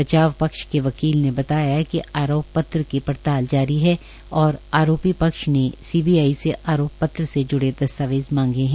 बचाव पक्ष के वकील ने बताया कि आरोप पत्र की पड़ताल जारी है और आरोपी पक्ष ने सीबीआई से आरोप पत्र से ज्ड़े दस्तावेज मांगे है